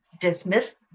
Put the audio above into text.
dismiss